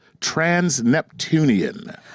trans-Neptunian